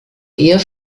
eher